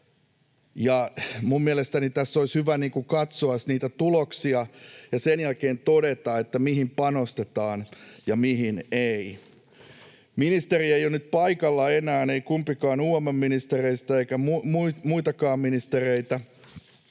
Minun mielestäni tässä olisi hyvä katsoa niitä tuloksia ja sen jälkeen todeta, mihin panostetaan ja mihin ei. Ministeri ei ole nyt paikalla enää, ei kumpikaan UM:n ministereistä, eikä muitakaan ministereitä,